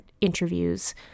interviews